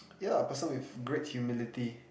yeah person with great humility